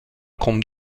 comme